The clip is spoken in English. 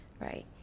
right